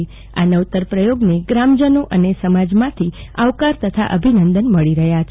આ આ નવતર પ્રયોને કન્યાઓને ગ્રામજનો અને સમાજ માંથી આવકાર તથા અભિનંદન મળી રહ્યા છે